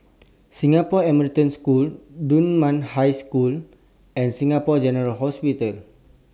Singapore American School Dunman High School and Singapore General Hospital